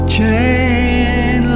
Chain